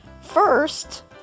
First